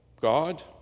God